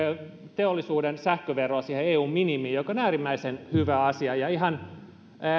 teollisuuden sähköveroa siihen eun minimiin mikä on äärimmäisen hyvä asia ja ihan